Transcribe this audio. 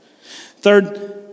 Third